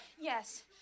yes